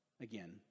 Again